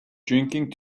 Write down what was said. drinking